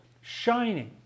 Shining